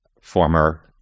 former